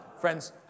Friends